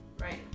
right